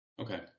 Okay